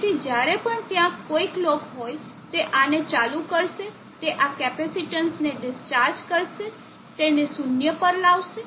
તેથી જ્યારે પણ ત્યાં કોઈ કલોક હોય તે આને ચાલુ કરશે તે આ કેપેસીટન્સ ને ડિસ્ચાર્જ કરશે તેને શૂન્ય પર લાવશે